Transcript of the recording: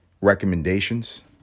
Recommendations